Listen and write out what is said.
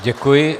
Děkuji.